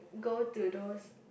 go to those